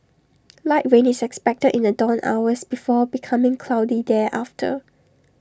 light rain is expected in the dawn hours before becoming cloudy thereafter